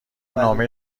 نامه